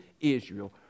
Israel